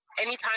anytime